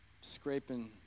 scraping